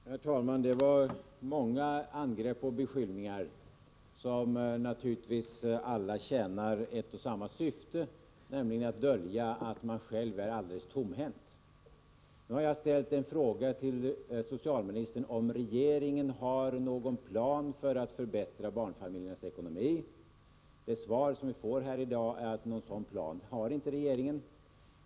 Herr talman! Det var många angrepp och beskyllningar, som naturligtvis alla tjänar ett och samma syfte, nämligen att dölja att regeringen själv är helt tomhänt. Nu har jag ställt en fråga till socialministern, om regeringen har någon plan för att förbättra barnfamiljernas ekonomi. Det svar vi får här i dag är att regeringen inte har någon sådan plan.